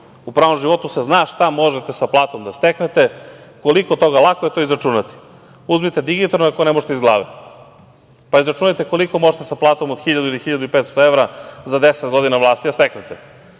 U pravom životu se zna šta možete sa platom da steknete, koliko toga. Lako je to izračunati. Uzmite digitron, ako ne možete iz glave, pa izračunajte koliko možete sa platom od 1.000 ili 1.500 evra za 10 godina vlasti da steknete